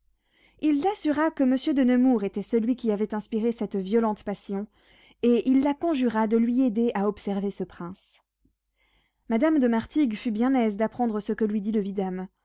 il l'assura que monsieur de nemours était celui qui avait inspiré cette violente passion et il la conjura de lui aider à observer ce prince madame de martigues fut bien aise d'apprendre ce que lui dit le vidame